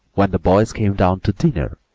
when the boys came down to dinner,